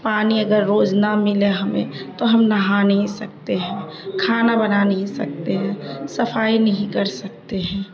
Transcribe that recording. پانی اگر روز نہ ملے ہمیں تو ہم نہا نہیں سکتے ہیں کھانا بنا نہیں سکتے ہیں صفائی نہیں کر سکتے ہیں